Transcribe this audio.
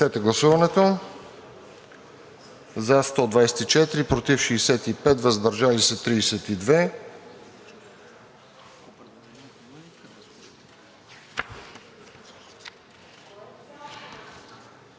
за 89, против 44, въздържали се 35.